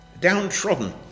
downtrodden